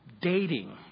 dating